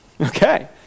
Okay